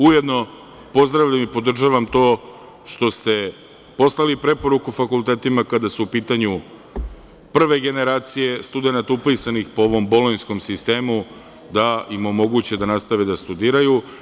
Ujedno, pozdravljam i podržavam to što ste poslali preporuku fakultetima kada su u pitanju prve generacije studenata upisanih po ovom Bolonjskom sistemu, da im omoguće da nastave da studiraju.